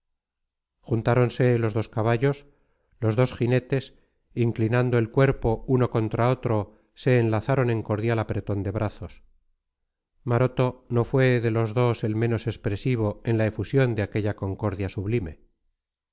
nuestros juntáronse los dos caballos los dos jinetes inclinando el cuerpo uno contra otro se enlazaron en cordial apretón de brazos maroto no fue de los dos el menos expresivo en la efusión de aquella concordia sublime